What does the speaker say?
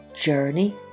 Journey